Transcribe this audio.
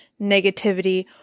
negativity